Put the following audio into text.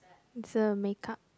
it's a makeup